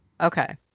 Okay